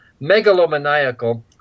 megalomaniacal